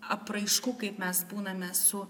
apraiškų kaip mes būname su